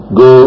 go